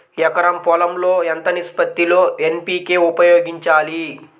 ఎకరం పొలం లో ఎంత నిష్పత్తి లో ఎన్.పీ.కే ఉపయోగించాలి?